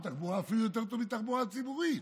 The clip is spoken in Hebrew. ואפילו יותר טוב מתחבורה ציבורית.